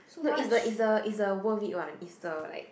no is the is the is the worth it one is the like